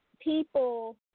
people